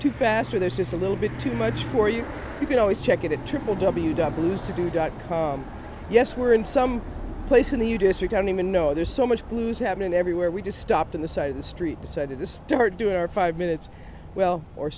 too fast or there's just a little bit too much for you you can always check it triple w w's to do dot com yes we're in some place in the u district and even know there's so much blues happening everywhere we just stopped on the side of the street decided to start doing our five minutes well or